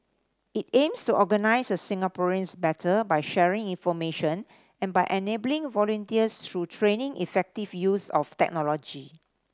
it aims to organise Singaporeans better by sharing information and by enabling volunteers through training and effective use of technology